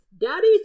Daddy